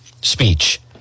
speech